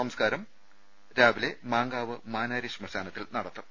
സംസ് കാരം രാവിലെ മാങ്കാവ് മാനാരി ശ്മശാനത്തിൽ നടത്തും